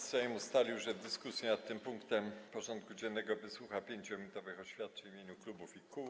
Sejm ustalił, że w dyskusji nad tym punktem porządku dziennego wysłucha 5-minutowych oświadczeń w imieniu klubów i kół.